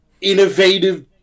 innovative